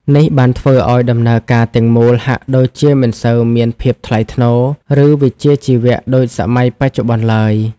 នេះបានធ្វើឲ្យដំណើរការទាំងមូលហាក់ដូចជាមិនសូវមានភាពថ្លៃថ្នូរ ឬវិជ្ជាជីវៈដូចសម័យបច្ចុប្បន្នឡើយ។